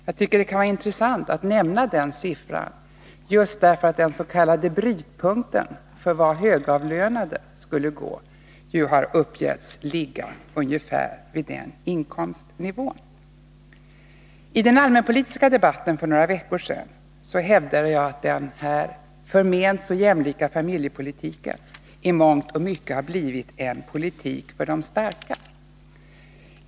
Jag tycker det är intressant att nämna den siffran just därför att den s.k. brytpunkten för högavlönade har uppgetts ligga ungefär vid den inkomstnivån. I den allmänpolitiska debatten för några veckor sedan hävdade jag att denna förment så jämlika familjepolitik i mångt och mycket har blivit en politik för de starka.